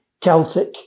Celtic